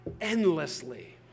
endlessly